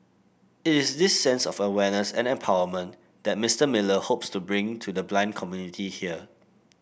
it is this sense of awareness and empowerment that Mister Miller hopes to bring to the blind community here